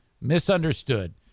Misunderstood